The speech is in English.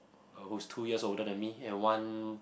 uh who's two years older than me and one